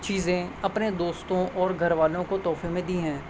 چیزیں اپنے دوستوں اور گھر والوں کو تحفے میں دی ہیں